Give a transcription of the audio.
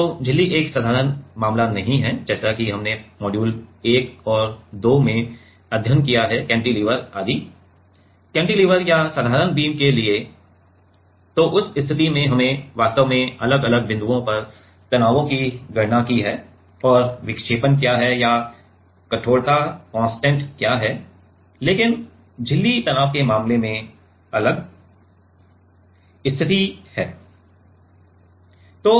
तो झिल्ली एक साधारण मामला नहीं है जैसा कि हमने मॉड्यूल 1 और 2 में अध्ययन किया है कैंटिलीवर आदि कैंटिलीवर या साधारण बीम के लिए तो उस स्थिति में हमने वास्तव में अलग अलग बिंदुओं पर तनावों की गणना की है और विक्षेपण क्या है या कठोरता कांस्टेंट क्या है लेकिन झिल्ली तनाव के मामले में अलग और झिल्ली की अलग स्थिति में